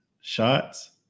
shots